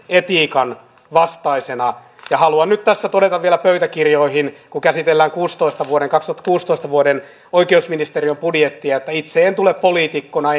etiikan vastaisena ja haluan nyt tässä todeta vielä pöytäkirjoihin kun käsitellään vuoden kaksituhattakuusitoista oikeusministeriön budjettia että itse en kyllä tule poliitikkona